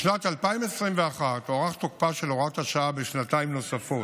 בשנת 2021 הוארך תוקפה של הוראת השעה בשנתיים נוספות,